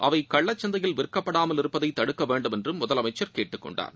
அவை கள்ளச்சந்தையில் விற்கப்படாமல் இருப்பதை தடுக்க வேண்டும் என்றும் முதலமைச்சர் கேட்டுக்கொண்டார்